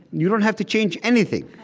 you don't have to change anything.